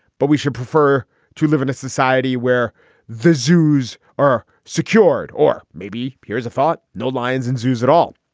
but we should prefer to live in a society where the zoos are secured. or maybe. here's a thought. no lions in zoos at all.